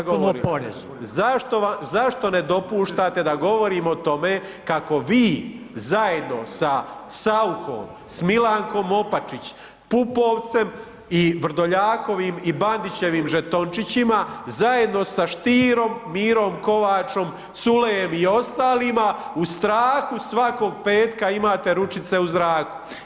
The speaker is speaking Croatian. zašto ne dopuštate da govorim o tome kako vi zajedno sa Sauchom s Milankom Opačić, Pupovcem i Vrdoljakovim i Bandićevim žetončićima zajedno sa Stierom, Mirom Kovačom, Culejom i ostalima u strahu svakog petka imate ručice u zraku.